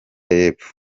yepfo